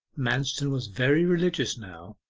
manston was very religious now.